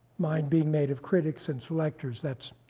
mind being made of critics and selectors, that's